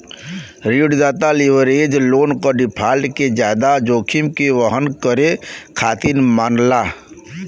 ऋणदाता leverage loan क default के जादा जोखिम के वहन करे खातिर मानला